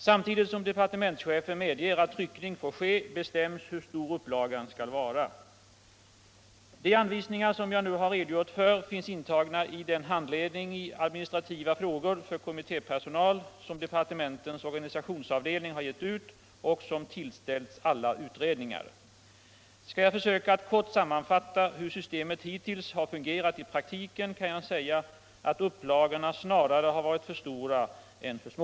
Samtidigt som departementschefen medger att tryckning får ske, bestäms hur stor upplagan skall vara. De anvisningar som jag nu har redogjort för finns intagna i den Handledning i administrativa frågor för kommittépersonal som departementens organisationsavdelning har gett ut och som tillställs alla utredningar. Skall jag försöka att kort sammanfatta hur systemet hittills har fungerat i praktiken kan jag säga att upplagorna snarare har varit för stora än för små.